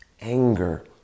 anger